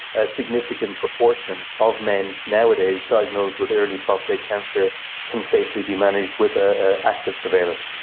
a significant proportion of men nowadays diagnosed with early prostate cancer can safely be managed with ah ah active surveillance.